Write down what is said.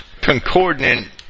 concordant